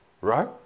Right